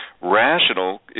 rational